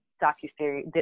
documentary